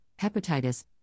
hepatitis